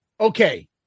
okay